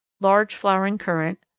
large-flowering currant,